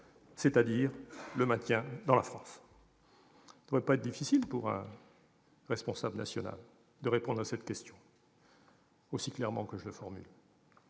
compétence, le maintien dans la France. Il ne devrait pas être difficile pour un responsable national de répondre à cette question aussi clairement que je la formule.